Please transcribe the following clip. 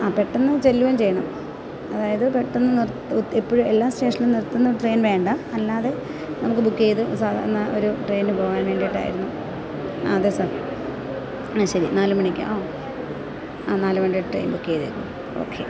ആ പെട്ടെന്ന് ചെല്ലുകയും ചെയ്യണം അതായത് പെട്ടെന്ന് എല്ലാ സ്റ്റേഷനിലും നിർത്തുന്ന ട്രെയിൻ വേണ്ട അല്ലാതെ നമുക്ക് ബുക്ക് ചെയ്ത് സാധാരണ ഒരു ട്രെയിനിന് പോകാൻ വേണ്ടിയിട്ടായിരുന്നു ആ അതെ സാർ ആ ശരി നാല് മണിക്ക് ഓ ആ നാല് മണിയുടെ ട്രെയിൻ ബുക്ക് ചെയ്തേക്കൂ ഓക്കെ